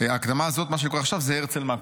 ההקדמה הזאת, מה שאני קורא עכשיו, זה הרצל מקוב.